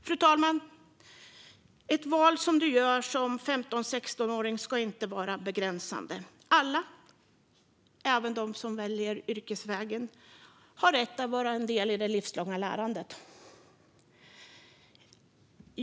Fru talman! Ett val som du gör som 15-16-åring ska inte vara begränsande. Alla, även de som väljer yrkesvägen, har rätt att vara en del i det livslånga lärandet.